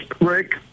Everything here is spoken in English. Rick